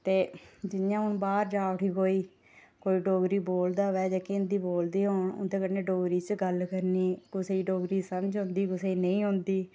ते जि'यां हून बाहर जा उठी कोई कोई डोगरी बोलदा होऐ जेह्के हिंदी बोलदे होन उंदे कन्नै डोगरी च गल्ल करनी कुसै गी डोगरी समझ औंदी कुसै गी नेईं औंदी